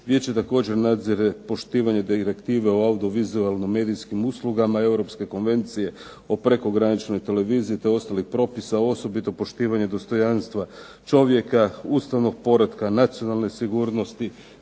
Vijeće također nadire poštivanje Direktive o audiovizualnim medijskim uslugama i Europske konvencije o prekograničnoj televiziji te ostalih propisa, a osobito poštivanje dostojanstva čovjeka, ustavnog poretka, nacionalne sigurnosti